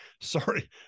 sorry